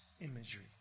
imagery